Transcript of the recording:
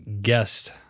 guest